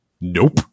nope